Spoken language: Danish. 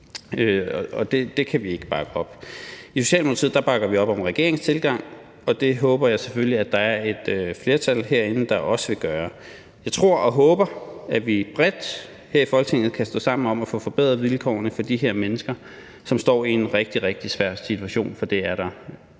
Det kan vi ikke bakke op om. I Socialdemokratiet bakker vi op om regeringens tilgang, og det håber jeg selvfølgelig at der er et flertal herinde der også vil gøre. Jeg tror og håber, at vi bredt her i Folketinget kan stå sammen om at få forbedret vilkårene for de her mennesker, som står i en rigtig, rigtig svær situation, for det er der